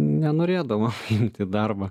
nenorėdavo imt į darbą